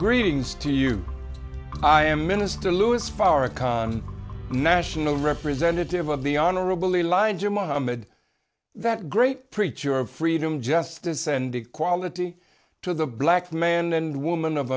greetings to you i am minister louis farrakhan national representative of the honorable elijah muhammad that great preacher of freedom justice and equality to the black man and woman of